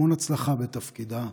המון הצלחה בתפקידה.